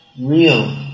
real